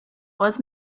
was